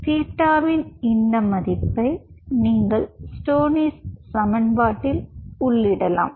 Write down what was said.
தீட்டாவின் இந்த மதிப்பை நீங்கள் ஸ்டோனிஸ் சமன்பாட்டில்Stoney's equation உள்ளீடலாம்